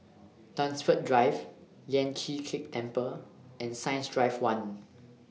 Dunsfold Drive Lian Chee Kek Temple and Science Drive one